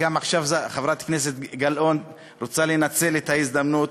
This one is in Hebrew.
עכשיו גם חברת הכנסת גלאון רוצה לנצל את ההזדמנות